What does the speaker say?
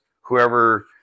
whoever